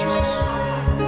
Jesus